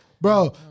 Bro